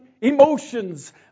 emotions